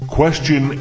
Question